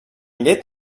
llet